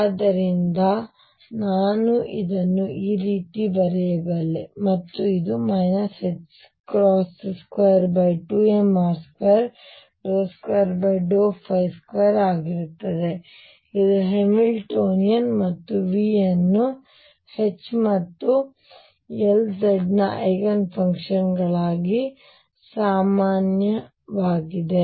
ಆದ್ದರಿಂದ ನಾನು ಇದನ್ನು ಈ ರೀತಿ ಬರೆಯಬಲ್ಲೆ ಮತ್ತು ಇದು 22mr222 ಆಗಿರುತ್ತದೆ ಇದು ಹ್ಯಾಮಿಲ್ಟೋನಿಯನ್ ಮತ್ತು V ಅನ್ನು H ಮತ್ತು Lz ನ ಐಗನ್ಫಂಕ್ಷನ್ಗಳು ಸಾಮಾನ್ಯವಾಗಿದೆ